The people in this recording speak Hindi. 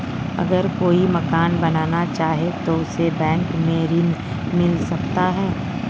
अगर कोई मकान बनाना चाहे तो उसे बैंक से ऋण मिल सकता है?